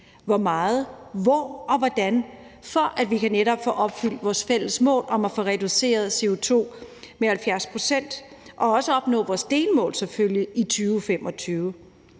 hvor meget, hvor og hvordan – for at vi netop kan få opfyldt vores fælles mål om at få reduceret vores CO2-udledning med 70 pct. og også opnå vores delmål,